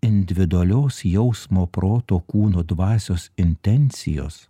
individualios jausmo proto kūno dvasios intencijos